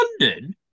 London